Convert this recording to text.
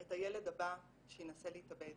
את הילד הבא שינסה להתאבד,